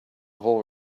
whole